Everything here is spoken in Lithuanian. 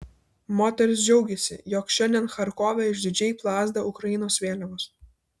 moteris džiaugiasi jog šiandien charkove išdidžiai plazda ukrainos vėliavos